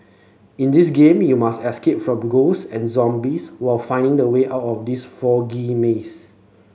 in this game you must escape from ghost and zombies while finding the way out of this foggy maze